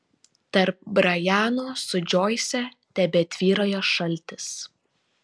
tarp brajano su džoise tebetvyrojo šaltis